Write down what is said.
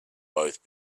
both